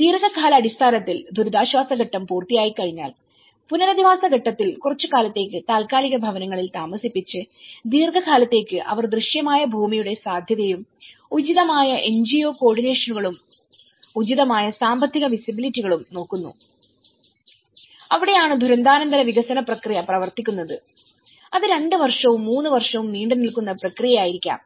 ദീർഘകാലാടിസ്ഥാനത്തിൽ ദുരിതാശ്വാസ ഘട്ടം പൂർത്തിയായിക്കഴിഞ്ഞാൽ പുനരധിവാസ ഘട്ടത്തിൽ കുറച്ചു കാലത്തേക്ക് താൽക്കാലിക ഭവനങ്ങളിൽ താമസിപ്പിച്ച് ദീർഘകാലത്തേക്ക് അവർ ദൃശ്യമായ ഭൂമിയുടെ സാധ്യതയും ഉചിതമായ എൻജിഒ കോ ഓർഡിനേഷനുകളും ഉചിതമായ സാമ്പത്തിക വിസിബിലിറ്റികളും നോക്കുന്നു അവിടെയാണ് ദുരന്താനന്തര വികസന പ്രക്രിയ പ്രവർത്തിക്കുന്നത് അത് രണ്ട് വർഷവും മൂന്ന് വർഷവും നീണ്ടുനിൽക്കുന്ന പ്രക്രിയയായിരിക്കാം